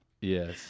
Yes